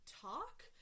Talk